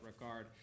regard